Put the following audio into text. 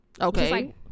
Okay